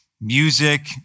music